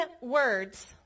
words